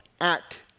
act